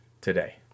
today